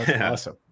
awesome